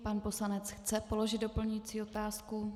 Pan poslanec chce položit doplňující otázku.